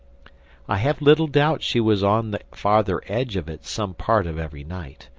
i have little doubt she was on the farther edge of it some part of every night,